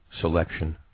selection